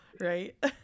Right